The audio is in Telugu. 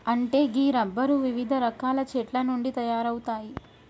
అంటే గీ రబ్బరు వివిధ రకాల చెట్ల నుండి తయారవుతాయి